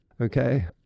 Okay